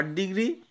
degree